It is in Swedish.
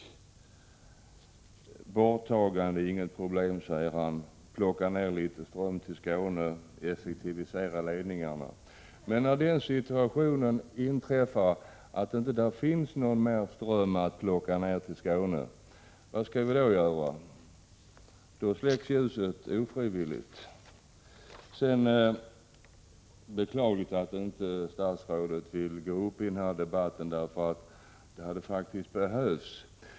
Borttagande av Barsebäck är inget problem, säger Ivar Franzén. Man plockar ned litet ström till Skåne och effektiviserar ledningarna. Men när den situationen inträffar att där inte finns någon mer ström att plocka ned till Skåne, vad skall vi då göra? Då blir det så att ljuset släcks ofrivilligt. Det är beklagligt att statsrådet inte vill gå upp i denna debatt, för det hade faktiskt behövts.